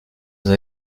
dans